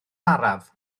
araf